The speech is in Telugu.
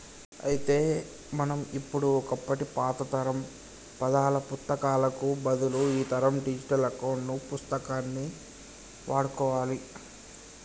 అయితే మనం ఇప్పుడు ఒకప్పటి పాతతరం పద్దాల పుత్తకాలకు బదులు ఈతరం డిజిటల్ అకౌంట్ పుస్తకాన్ని వాడుకోవాలి